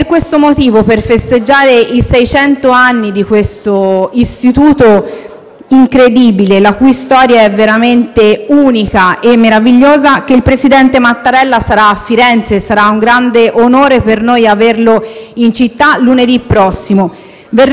incredibile, la cui storia è veramente unica e meravigliosa, che il presidente Mattarella sarà a Firenze - e sarà un grande onore per noi averlo in città - lunedì prossimo. Verrà a rendere omaggio a questa struttura davvero unica